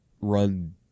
run